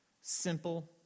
simple